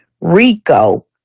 Rico